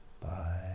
bye